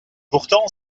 pourtant